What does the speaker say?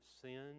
sin